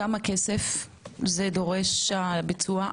כמה כסף זה דורש, הביצוע?